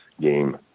game